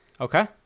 Okay